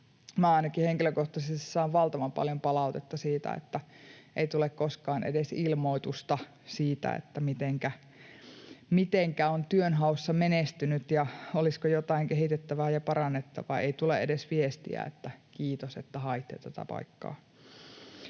Minä ainakin henkilökohtaisesti saan valtavan paljon palautetta, että ei tule koskaan edes ilmoitusta, mitenkä on työnhaussa menestynyt ja olisiko jotain kehitettävää ja parannettavaa. Ei tule edes viestiä, että kiitos, että haitte tätä paikkaa.